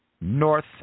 North